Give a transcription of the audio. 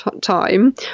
time